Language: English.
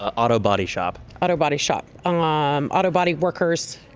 auto body shop? auto body shop um auto bodyworkers,